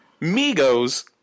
Migos